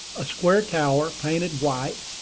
a square tower, painted white,